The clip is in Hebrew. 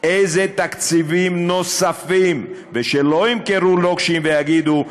איזה תקציבים נוספים, ושלא ימכרו לוקשים ויגידו: